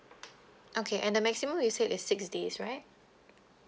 okay and the maximum you said is six days right